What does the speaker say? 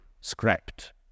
scrapped